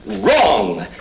Wrong